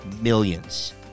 millions